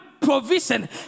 provision